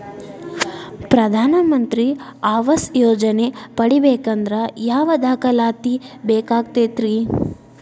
ಪ್ರಧಾನ ಮಂತ್ರಿ ಆವಾಸ್ ಯೋಜನೆ ಪಡಿಬೇಕಂದ್ರ ಯಾವ ದಾಖಲಾತಿ ಬೇಕಾಗತೈತ್ರಿ?